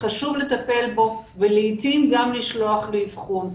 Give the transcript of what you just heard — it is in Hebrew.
חשוב לטפל בו ולעתים גם לשלוח לאבחון.